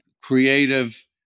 creative